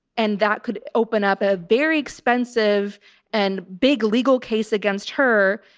and that could open up a very expensive and big legal case against her.